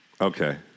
Okay